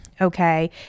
okay